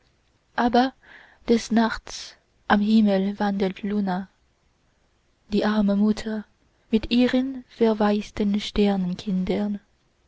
aber des nachts am himmel wandelt luna die arme mutter mit ihren verwaisten